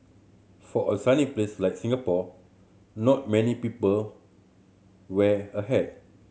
for a sunny place like Singapore not many people wear a hat